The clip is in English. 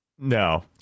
no